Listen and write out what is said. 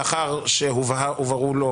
לאחר שהובהרו לו